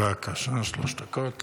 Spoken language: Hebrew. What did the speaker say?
בבקשה, שלוש דקות לרשותך.